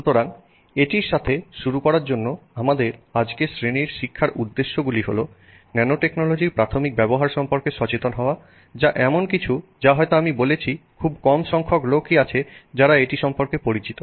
সুতরাং এটির সাথে শুরু করার জন্য আমাদের আজকের শ্রেণীর শিক্ষার উদ্দেশ্যগুলি হল ন্যানোটেকনোলজির প্রাথমিক ব্যবহার সম্পর্কে সচেতন হওয়া যা এমন কিছু যা হয়তো আমি বলেছি খুব কম সংখ্যক লোকই আছে যারা এটি সম্পর্কে পরিচিত